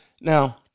Now